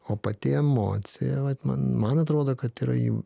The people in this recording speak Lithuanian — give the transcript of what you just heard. o pati emocija vat man man atrodo kad yra jau